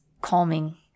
calming